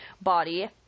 body